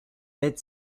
mid